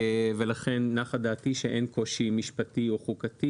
ולכן נחה דעתי שאין קושי משפטי או חוקתי